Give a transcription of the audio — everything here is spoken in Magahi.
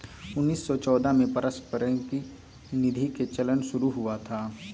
उन्नीस सौ चौदह में पारस्परिक निधि के चलन शुरू हुआ था